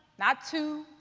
not two,